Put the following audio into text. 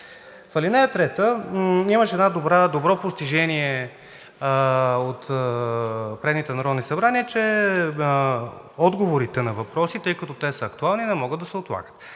В ал. 3 имаше едно добро постижение от предните Народни събрания, че отговорите на въпроси, тъй като те са актуални, не могат да се отлагат.